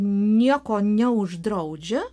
nieko neuždraudžia